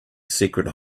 secret